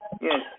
Yes